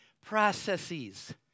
processes